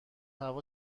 هوا